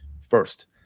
first